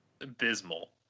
abysmal